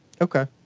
Okay